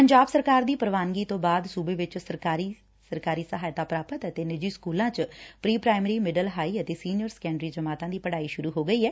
ਪੰਜਾਬ ਸਰਕਾਰ ਦੀ ਪ੍ਰਵਾਨਗੀ ਤੋਂ ਬਾਅਦ ਸੂਬੇ ਵਿਚ ਸਰਕਾਰੀ ਸਹਾਇਤਾ ਪ੍ਰਾਪਤ ਅਤੇ ਨਿੱਜੀ ਸਕੂਲਾਂ ਚ ਪ੍ਰੀ ਪ੍ਰਾਇਮਰੀ ਮਿਡਲ ਹਾਈ ਅਤੇ ਸੀਨੀਅਰ ਸੈਕੰਡਰੀ ਜਮਾਤਾਂ ਦੀ ਪੜਾਈ ਸੁਰੂ ਹੋ ਗਈ ਐ